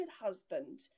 husband